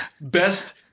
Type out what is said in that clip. best